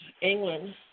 England